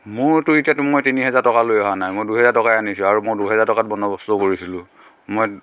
মোৰটো এতিয়াতো মই তিনি হাজাৰ টকা লৈ অহা নাই মই দুহেজাৰ টকাহে আনিছোঁ আৰু মই দুহেজাৰ টকাত বন্দ বস্ত কৰিছিলোঁ মই